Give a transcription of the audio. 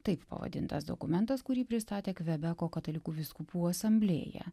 taip pavadintas dokumentas kurį pristatė kvebeko katalikų vyskupų asamblėja